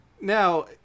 Now